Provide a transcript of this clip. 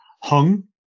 Hung